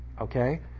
okay